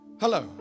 Hello